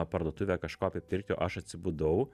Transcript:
parduotuvę kažko tai pirkti aš atsibudau